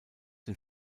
den